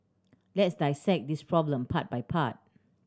let's dissect this problem part by part